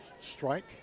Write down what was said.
strike